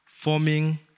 forming